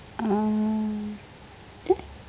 ah eh